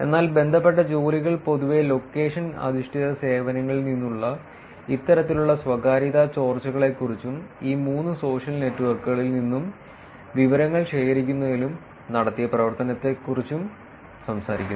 എന്നാൽ ബന്ധപ്പെട്ട ജോലികൾ പൊതുവെ ലൊക്കേഷൻ അധിഷ്ഠിത സേവനങ്ങളിൽ നിന്നുള്ള ഇത്തരത്തിലുള്ള സ്വകാര്യത ചോർച്ചകളെക്കുറിച്ചും ഈ മൂന്ന് സോഷ്യൽ നെറ്റ്വർക്കുകളിൽ നിന്നും വിവരങ്ങൾ ശേഖരിക്കുന്നതിലും നടത്തിയ പ്രവർത്തനങ്ങളെക്കുറിച്ചും സംസാരിക്കുന്നു